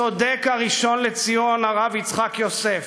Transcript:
צודק הראשון לציון הרב יצחק יוסף,